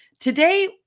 Today